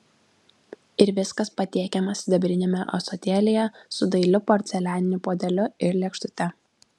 ir viskas patiekiama sidabriniame ąsotėlyje su dailiu porcelianiniu puodeliu ir lėkštute